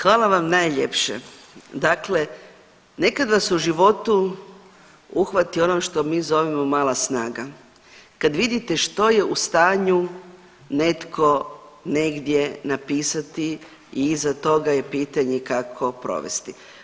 Hvala vam najljepše, dakle nekad vas u životu uhvati ono što mi zovemo mala snaga, kad vidite što je u stanju netko negdje napisati i iza toga je pitanje kako provesti.